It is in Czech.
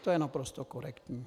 To je naprosto korektní.